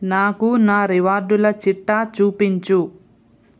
నాకు నా రివార్డుల చిట్టా చూపించు